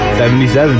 77